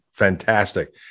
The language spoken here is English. fantastic